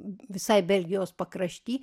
visai belgijos pakrašty